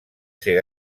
ser